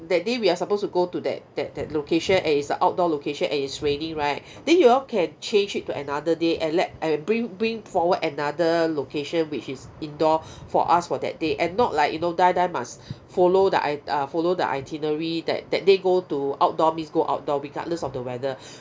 that day we are supposed to go to that that that location and it's a outdoor location and it's raining right then you all can change it to another day and let and bring bring forward another location which is indoor for us for that day and not like you know die die must follow the i~ uh follow the itinerary that that day go to outdoor means go outdoor regardless of the weather